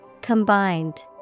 Combined